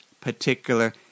particular